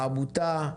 עמותה?